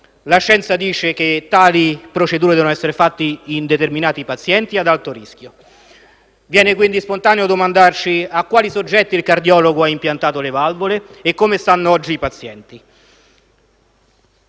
La scienza dice che tali procedure devono essere fatte in determinati pazienti ad alto rischio. Viene, quindi, spontaneo domandarsi a quali soggetti il cardiologo ha impiantato le valvole e come stanno oggi i pazienti.